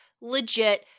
legit